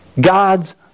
God's